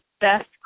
best